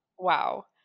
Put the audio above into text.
Wow